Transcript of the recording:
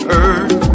earth